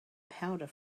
powder